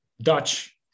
Dutch